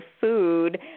food